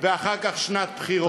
ואחר כך שנת בחירות.